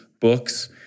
books